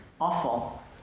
awful